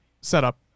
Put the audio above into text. setup